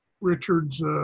Richard's